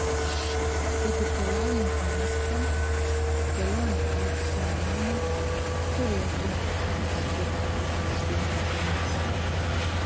kaip ir keliaujant į maskvą kelionė į pchenjaną turėtų užtrukti apie aštuonias dienas